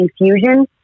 infusion